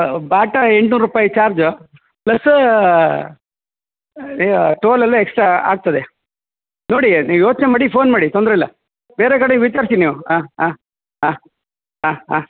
ಬಾಟ ಎಂಟ್ನೂರು ರುಪಾಯ್ charge plus ಟೋಲೆಲ್ಲ ಎಕ್ಸ್ಟ್ರಾ ಆಗ್ತದೆ ನೋಡಿ ನೀವು ಯೋಚನೆ ಮಾಡಿ ಫೋನ್ ಮಾಡಿ ತೊಂದರೆ ಇಲ್ಲ ಬೇರೆ ಕಡೆ ವಿಚಾರಿಸಿ ನೀವು ಹಾಂ ಹಾಂ ಹಾಂ ಹಾಂ ಹಾಂ